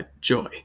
joy